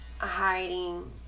hiding